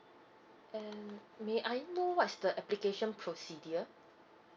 mm may I know what's the application procedure